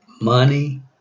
money